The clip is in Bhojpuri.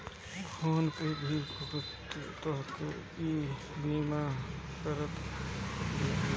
फ़ोन पे भी तोहके ईबीमा करेके कहत बिया